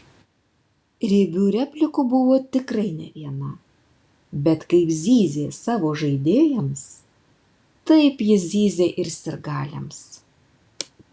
riebių replikų buvo tikrai ne viena bet kaip zyzė savo žaidėjams taip jis zyzė ir sirgaliams